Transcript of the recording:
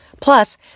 Plus